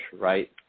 right